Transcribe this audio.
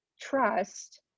trust